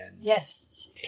Yes